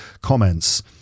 comments